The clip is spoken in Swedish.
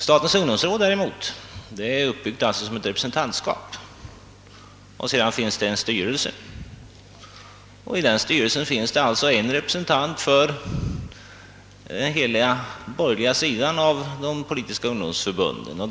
Statens ungdomsråd däremot är uppbyggt som ett representantskap med en styrelse, där det finns en enda representant för den borgerliga sidan av de politiska ungdomsorganisationerna.